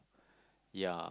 yeah